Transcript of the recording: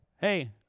Hey